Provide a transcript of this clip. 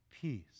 Peace